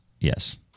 yes